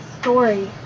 story